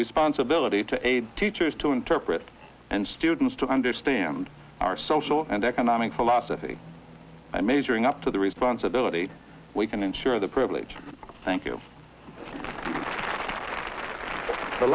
responsibility to aid teachers to interprete and students to understand our social and economic philosophy and measuring up to the responsibility we can ensure the privilege thank you th